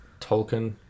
tolkien